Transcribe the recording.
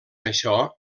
això